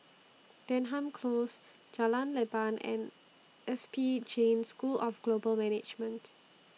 Denham Close Jalan Leban and S P Jain School of Global Management